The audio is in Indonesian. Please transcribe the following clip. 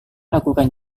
lakukan